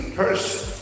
person